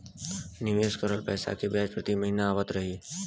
निवेश करल पैसा के ब्याज प्रति महीना आवत रही?